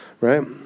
Right